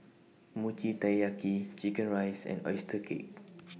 Mochi Taiyaki Chicken Rice and Oyster Cake